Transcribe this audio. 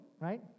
right